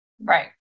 right